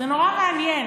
זה נורא מעניין,